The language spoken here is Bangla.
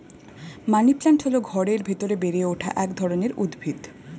মানিপ্ল্যান্ট হল ঘরের ভেতরে বেড়ে ওঠা এক ধরনের উদ্ভিদ